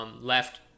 left